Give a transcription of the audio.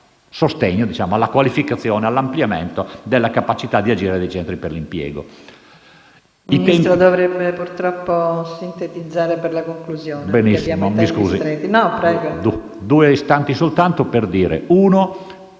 sostegno, alla qualificazione e all'ampliamento della capacità di agire dei centri per l'impiego.